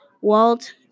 Walt